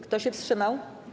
Kto się wstrzymał?